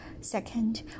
Second